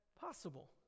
possible